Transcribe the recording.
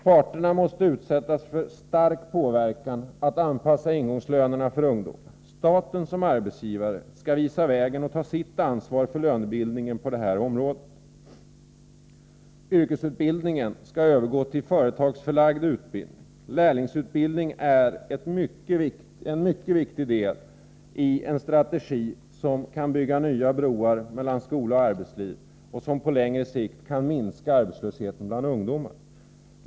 Parterna måste utsättas för stark påverkan när det gäller att anpassa ingångslönerna för ungdomar. Staten som arbetsgivare skall visa vägen och ta sitt ansvar för lönebildningen på det här området. Yrkesutbildningen skall övergå till företagsförlagd utbildning. Lärlingsutbildningen är en mycket viktig del i en strategi som bygger nya broar mellan skola och arbetsliv och som på längre sikt kan minska arbetslösheten bland ungdomarna.